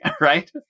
right